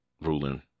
ruling